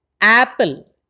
Apple